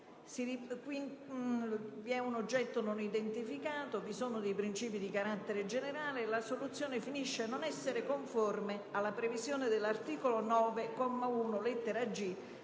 Vi è un oggetto non identificato, vi sono principi di carattere generale e la soluzione finisce per non essere conforme alla previsione dell'articolo 9, comma 1,